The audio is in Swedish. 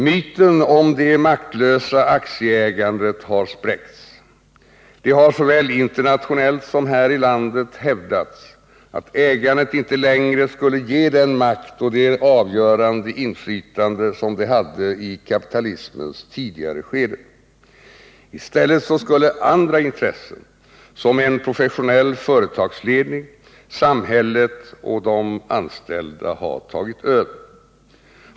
Myten om det maktlösa aktieägandet har spräckts. Det har såväl internationellt som här i landet hävdats att ägandet inte längre skulle ge den makt och det avgörande inflytande som det hade i kapitalismens tidigare skeden. I stället skulle andra intressen, såsom en professionell företagsledning, samhället och de anställda, ha tagit över.